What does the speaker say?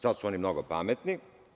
Sad su oni mnogo pametni.